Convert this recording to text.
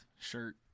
shirt